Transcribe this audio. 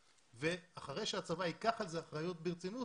אחרי שהצבא ייקח על זה אחריות ברצינות